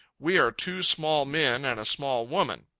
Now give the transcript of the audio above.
we are two small men and a small woman.